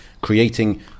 creating